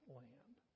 land